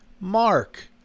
Mark